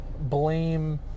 blame